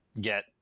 get